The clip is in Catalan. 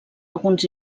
alguns